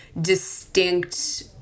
distinct